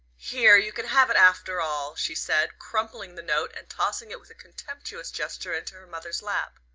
here you can have it after all, she said, crumpling the note and tossing it with a contemptuous gesture into her mother's lap.